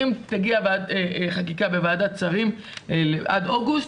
אם תגיע חקיקה בוועדת שרים עד אוגוסט,